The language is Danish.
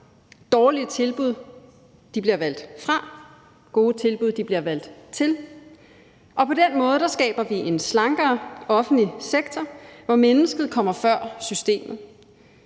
Dårlige tilbud bliver valgt fra, gode tilbud bliver valgt til. Og på den måde skaber vi en slankere offentlig sektor, hvor mennesket kommer før systemet.